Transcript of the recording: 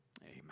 Amen